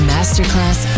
Masterclass